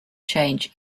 change